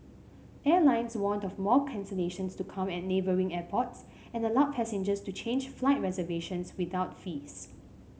airlines warned of more cancellations to come at neighbouring airports and allowed passengers to change flight reservations without fees